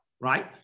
right